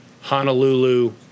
Honolulu